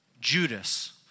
Judas